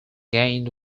gained